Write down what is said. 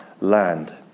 land